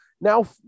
Now